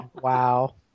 Wow